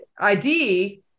ID